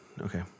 Okay